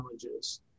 challenges